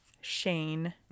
Shane